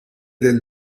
del